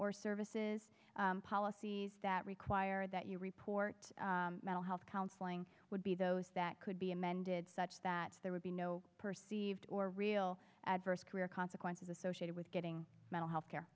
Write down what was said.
or services policies that require that you report mental health counseling would be those that could be amended such that there would be no perceived or real adverse career consequences associated with getting mental health care